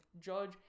Judge